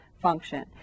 function